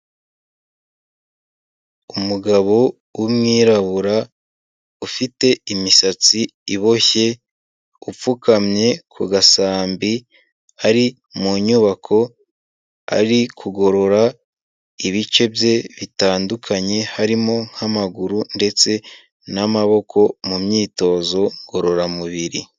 Umugabo w'umwirabura ufite imisatsi iboshye, upfukamye ku gasambi, ari mu nyubako ari kugorora ibice bye bitandukanye, harimo nk'amaguru ndetse n'amaboko mu myitozo ngororamubiri.